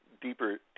deeper